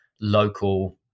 local